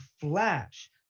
Flash